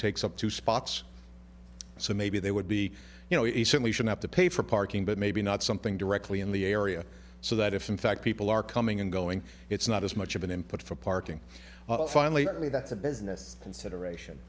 takes up two spots so maybe they would be you know he certainly should have to pay for parking but maybe not something directly in the area so that if in fact people are coming and going it's not as much of an input for parking finally i mean that's a business consideration